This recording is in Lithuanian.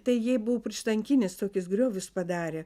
tai jie buvo prieštankinis tokius griovius padarę